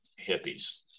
hippies